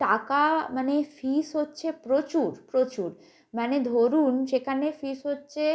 টাকা মানে ফিস হচ্ছে প্রচুর প্রচুর মানে ধরুন সেখানে ফিস হচ্ছে